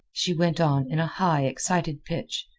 she went on in a high, excited pitch,